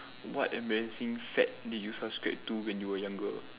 what amazing fad did you subscribe to when you were younger